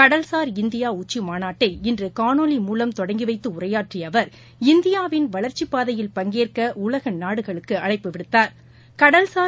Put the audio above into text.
கடல்சார் இந்தியாஉச்சிமாநாட்டை இன்றுகாணொலி மூலம் தொடங்கிவைத்துஉரையாற்றியஅவர் இந்தியாவின் வளர்ச்சிப்பாதையில் பங்கேற்கஉலகநாடுகளுக்குஅழைப்பு விடுத்தார்